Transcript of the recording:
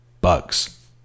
bugs